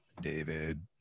David